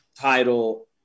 title